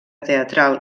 teatral